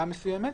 בעמלה מסוימת.